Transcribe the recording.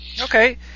Okay